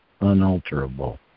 unalterable